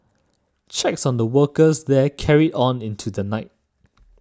checks on the workers there carried on into the night